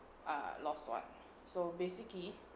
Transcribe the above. err lost one so basically